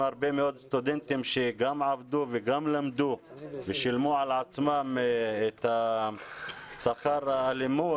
הרבה מאוד סטודנטים שגם עבדו וגם למדו ושילמו על עצמם את שכר הלימוד,